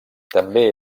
també